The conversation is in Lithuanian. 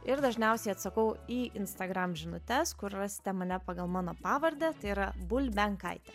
ir dažniausiai atsakau į instagram žinutes kur rasite mane pagal mano pavardę tai yra bulbenkaitė